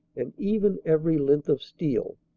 and even every length of steel.